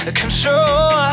control